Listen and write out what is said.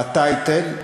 ב"טייטל",